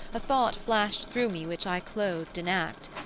a thought flashed through me which i clothed in act,